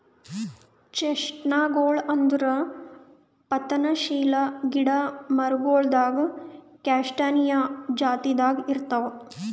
ಚೆಸ್ಟ್ನಟ್ಗೊಳ್ ಅಂದುರ್ ಪತನಶೀಲ ಗಿಡ ಮರಗೊಳ್ದಾಗ್ ಕ್ಯಾಸ್ಟಾನಿಯಾ ಜಾತಿದಾಗ್ ಇರ್ತಾವ್